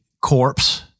corpse